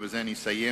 ובזה אני אסיים,